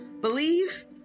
Believe